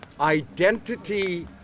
identity